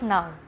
Now